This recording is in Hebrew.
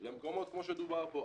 למקומות כמו שדובר פה.